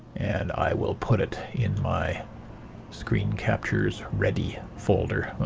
and i will put it in my screen captures ready folder.